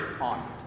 on